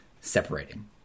separating